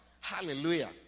Hallelujah